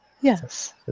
Yes